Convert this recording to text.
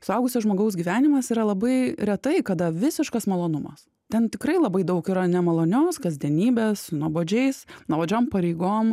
suaugusio žmogaus gyvenimas yra labai retai kada visiškas malonumas ten tikrai labai daug yra nemalonios kasdienybės nuobodžiais nuobodžiom pareigom